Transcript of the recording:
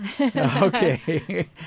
Okay